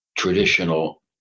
traditional